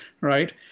right